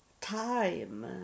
time